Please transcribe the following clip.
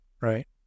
right